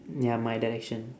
ya my direction